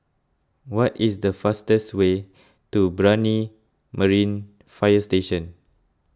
what is the fastest way to Brani Marine Fire Station